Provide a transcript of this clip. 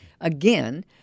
Again